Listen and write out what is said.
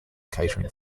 catering